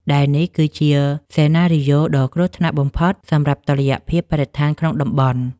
ដែលនេះគឺជាសេណារីយ៉ូដ៏គ្រោះថ្នាក់បំផុតសម្រាប់តុល្យភាពបរិស្ថានក្នុងតំបន់។